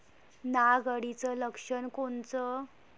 नाग अळीचं लक्षण कोनचं?